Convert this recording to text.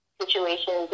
situations